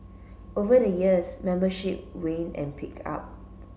over the years membership waned and picked up